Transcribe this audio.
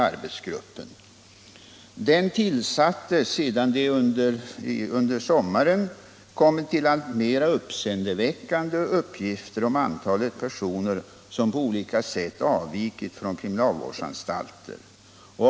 Arbetsgruppen tillsattes sedan det under sommaren kommit alltmera uppseendeväckande uppgifter om antalet personer som på olika sätt avvikit från kriminalvårdsanstalter.